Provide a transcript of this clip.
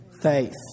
faith